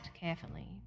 carefully